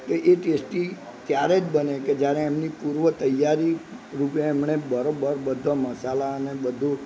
એ એ ટેસ્ટી ત્યારે જ બને કે જ્યારે એમની પૂર્વ તૈયારીરૂપે એમણે બરોબર બધા મસાલા અને બધું